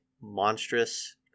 monstrous